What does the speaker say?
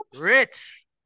Rich